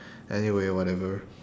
anyway whatever